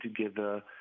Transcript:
together